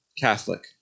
Catholic